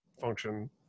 function